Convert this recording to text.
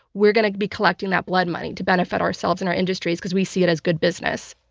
we're going to be collecting that blood money to benefit ourselves and our industries because we see it as good business.